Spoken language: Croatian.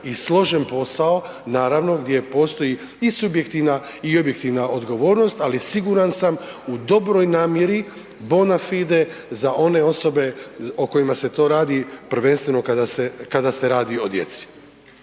i složen posao, naravno gdje postoji i subjektivna i objektivna odgovornost, ali siguran sam u dobroj namjeri, bona fide za one osobe o kojima se to radi prvenstveno kada se radi o djeci.